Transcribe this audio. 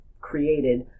created